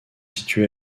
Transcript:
situé